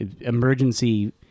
emergency